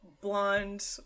blonde